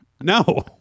No